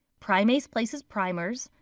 primase places primers.